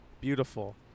Beautiful